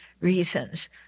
reasons